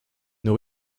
nous